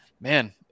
man